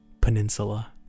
peninsula